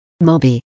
Moby